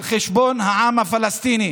על חשבון העם הפלסטיני.